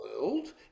world